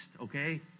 okay